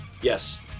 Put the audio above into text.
Yes